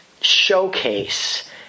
showcase